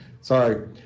Sorry